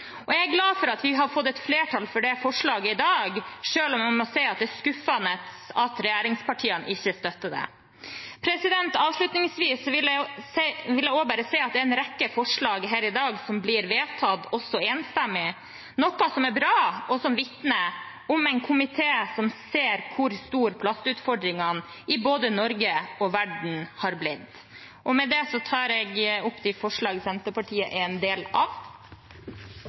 Jeg er glad for at vi har fått et flertall for det forslaget i dag, selv om jeg må si at det er skuffende at regjeringspartiene ikke støtter det. Avslutningsvis vil jeg bare si at det er en rekke forslag her i dag som blir vedtatt, også enstemmig, noe som er bra, og som vitner om en komité som ser hvor store plastutfordringene i både Norge og verden har blitt. Jeg vil også starte med